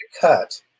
cut